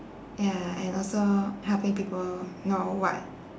ya and also helping people know what